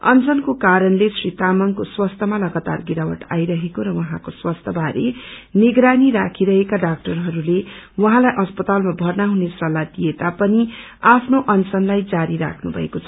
अनशनको कारणले श्री तामंगको स्पवास्थ्यमा लगातार गिरावट आई रहेको र उहाँको स्वास्थ्य बारे नगरानी राखिरहेका डाक्टरहरूले उहाँलाई अस्पतालमा भर्ना हुने सल्लाह दिएता पनि आफ्नो अनशनलाई जारी राख्नु भएको छ